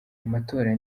amatora